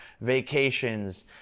vacations